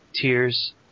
tears